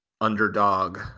underdog